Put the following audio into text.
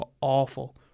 awful